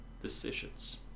decisions